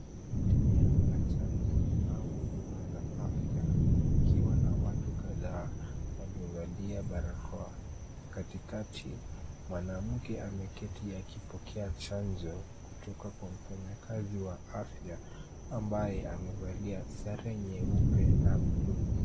Eneo la chanjo au huduma za afya, kukiwa na watu kadhaa waliovalia barakoa. Katikati, mwanamke ameketi akipokea chanjo kutoka kwa mfanyakazi wa afya ambaye amevalia sare nyeupe na blue.